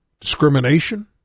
discrimination